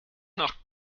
nach